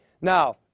now